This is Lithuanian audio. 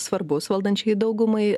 svarbus valdančiajai daugumai